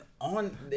On